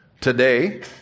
today